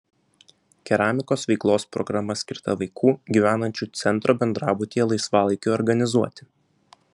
keramikos veiklos programa skirta vaikų gyvenančių centro bendrabutyje laisvalaikiui organizuoti